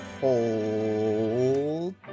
hold